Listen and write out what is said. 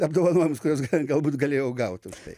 apdovanojimus kuriuos galbūt galėjau gauti už tai